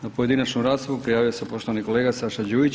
Na pojedinačnu raspravu prijavio se poštovani kolega Saša Đujić.